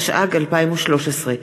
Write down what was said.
התשע"ג 2013,